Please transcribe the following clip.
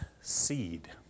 seed